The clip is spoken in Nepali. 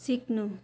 सिक्नु